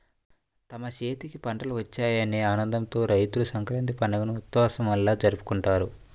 తమ చేతికి పంటలు వచ్చాయనే ఆనందంతో రైతులు సంక్రాంతి పండుగని ఉత్సవంలా జరుపుకుంటారు